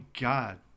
God